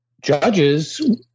judges –